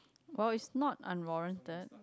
oh is not unwarrranted